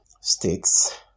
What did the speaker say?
states